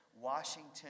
Washington